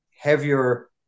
heavier